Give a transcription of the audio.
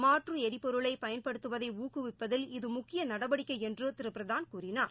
மாற்று எரிபொருளை பயன்படுத்துவதை ஊக்குவிப்பதில் இது முக்கிய நடவடிக்கை என்று திரு பிரதான் கூறினார்